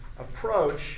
approach